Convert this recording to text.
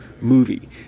Movie